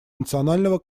национального